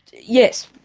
yes,